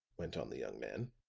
went on the young man.